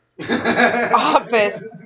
office